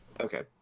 okay